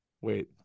Wait